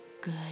good